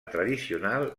tradicional